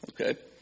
Okay